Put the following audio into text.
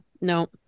No